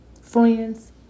Friends